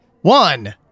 One